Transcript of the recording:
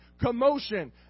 commotion